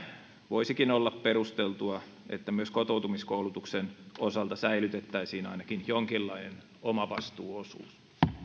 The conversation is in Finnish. voisikin olla perusteltua että myös kotoutumiskoulutuksen osalta säilytettäisiin ainakin jonkinlainen omavastuuosuus